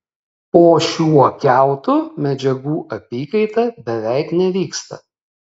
po šiuo kiautu medžiagų apykaita beveik nevyksta